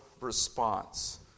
response